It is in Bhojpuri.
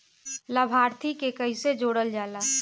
लभार्थी के कइसे जोड़ल जाला?